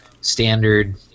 standard